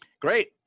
Great